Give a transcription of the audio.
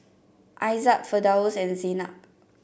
Aizat Firdaus and Zaynab